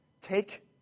Take